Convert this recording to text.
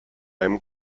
einem